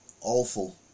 awful